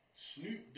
Snoop